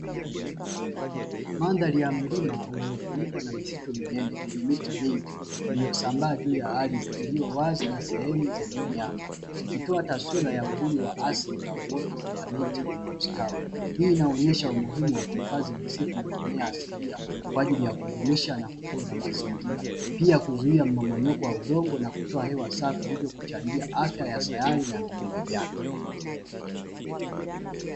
Mandhari ya mlima uliofunikwa na misitu minene yenye miti mingi iliyosambaa juu ya ardhi iliyo wazi, na sehemu zenye miamba ikitoa taswira ya uzuri wa asili na uoto wa miti unaostawi, hii inaonyesha umuhimu wa kuhifadhi misitu na mimea asilia kwa ajili ya kudumisha na kutunza mazingira, pia kuzuia mmomonyoko wa udongo na kutoa hewa safi hivyo kuchangia afya ya sayari na viumbe vyake.